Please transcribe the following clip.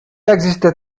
existed